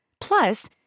Plus